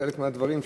חלק מהדברים שאנחנו,